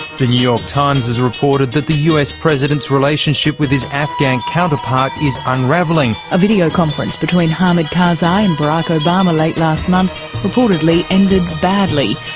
the new york times has reported that the us president's relationship with his afghan counterpart is unravelling. a video conference between hamid karzai and barack obama late last month reportedly ended badly,